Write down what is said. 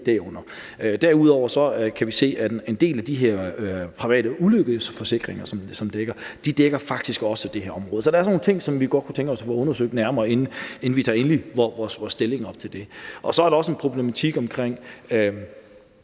Derudover kan vi se, at en del af de her private ulykkesforsikringer, som dækker, faktisk også dækker det her område. Så det er sådan nogle ting, som vi godt kunne tænke os at få undersøgt nærmere, inden vi tager endeligt stilling til det. Så er der også en problematik i